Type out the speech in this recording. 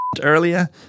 earlier